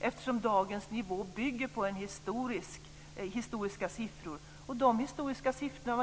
eftersom dagens nivå bygger på historiska siffror, och ni i Centerpartiet var med på de historiska siffrorna.